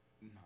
No